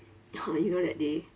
oh you know that day